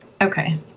Okay